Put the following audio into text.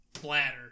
bladder